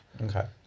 Okay